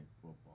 Football